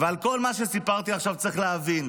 ועל כל מה שסיפרתי עכשיו צריך להבין,